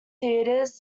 theatres